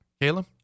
Caleb